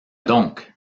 donc